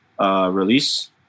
Release